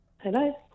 Hello